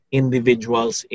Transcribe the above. individuals